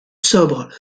sobre